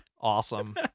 Awesome